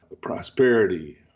prosperity